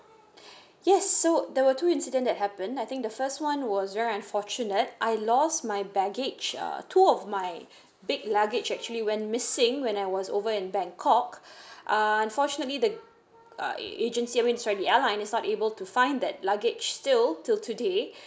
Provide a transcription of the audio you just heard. yes so there were two incident that happened I think the first one was very unfortunate I lost my baggage uh two of my big luggage actually went missing when I was over in bangkok uh unfortunately the uh agency I mean sorry airline is not able to find that luggage till till today